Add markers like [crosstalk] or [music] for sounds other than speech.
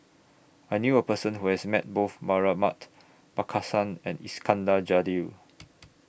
I knew A Person Who has Met Both [unintelligible] Markasan and Iskandar Jalil